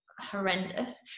horrendous